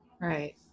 Right